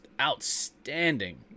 outstanding